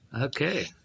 okay